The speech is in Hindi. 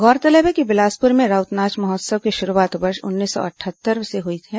गौरतलब है कि बिलासपुर में राउत नाच महोत्सव की शुरूआत वर्ष उन्नीस सौ अटहत्तर से हुई है